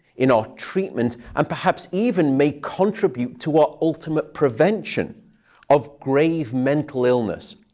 in our treatment, and perhaps even may contribute to our ultimate prevention of grave mental illness.